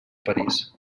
parís